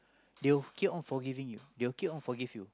they will keep on forgiving you they will keep on forgive you